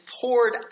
poured